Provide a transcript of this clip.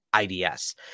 IDS